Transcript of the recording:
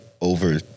Over